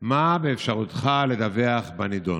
3. מה באפשרות השר לדווח בנדון?